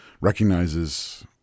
recognizes